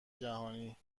جهانی